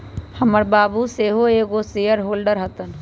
हमर बाबू सेहो एगो शेयर होल्डर हतन